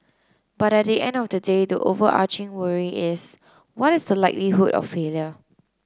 but at the end of the day the overarching worry is what is the likelihood of failure